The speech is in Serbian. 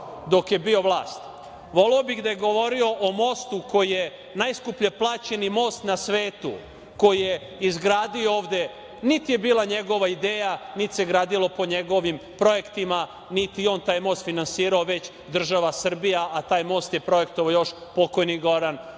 dok je bio vlast. Voleo bih da je govorio o mostu koji je najskuplje plaćeni most na svetu, koji je izgradio ovde. Niti je bila njegova ideja, niti se gradilo po njegovim projektima, niti je on taj most finansirao, već država Srbija, a taj most je projektovao još pokojni